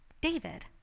David